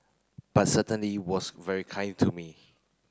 but certainly was very kind to me